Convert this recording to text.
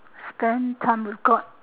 spend time with god